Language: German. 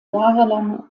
jahrelang